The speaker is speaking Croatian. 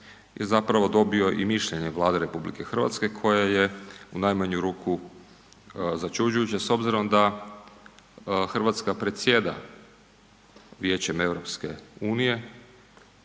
zapravo dobio i mišljenje Vlade RH koja je u najmanju ruku začuđujuća s obzirom da Hrvatska predsjeda Vijećem EU-a čiji